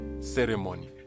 ceremony